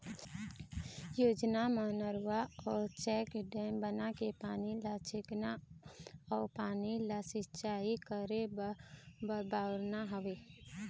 योजना म नरूवा म चेकडेम बनाके पानी ल छेकना अउ पानी ल सिंचाई करे बर बउरना हवय